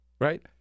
right